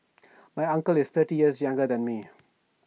my uncle is thirty years younger than me